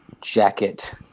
jacket